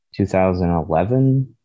2011